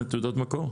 כן.